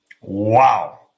wow